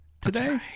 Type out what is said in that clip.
today